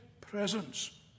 presence